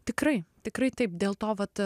tikrai tikrai taip dėl to vat